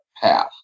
path